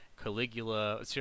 Caligula